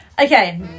Okay